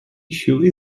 issue